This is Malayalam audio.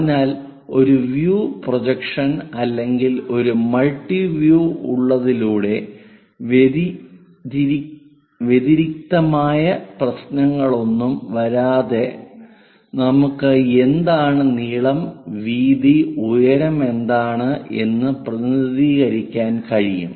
അതിനാൽ ഒരു വ്യൂ പ്രൊജക്ഷൻ അല്ലെങ്കിൽ ഒരു മൾട്ടി വ്യൂ ഉള്ളതിലൂടെ വ്യതിരിക്തമായ പ്രശ്നങ്ങളൊന്നും വരുത്താതെ നമുക്ക് എന്താണ് നീളം വീതി ഉയരം എന്താണ് എന്ന് പ്രതിനിധീകരിക്കാൻ കഴിയും